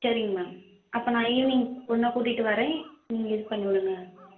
சரிங்க மேம் அப்போ நான் ஈவினிங் பொண்ண கூட்டிகிட்டு வரேன் நீங்கள் இது பண்ணிவிடுங்க